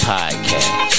Podcast